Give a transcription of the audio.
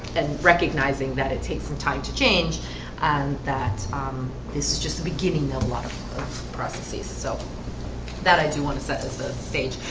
and recognizing that it takes some time to change and that this is just the beginning their water processes and so that i do want to set as a stage,